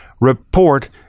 report